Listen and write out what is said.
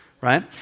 right